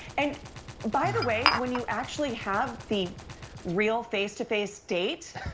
and by the way, when you actually have the real face-to-face dates,